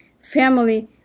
Family